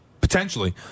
Potentially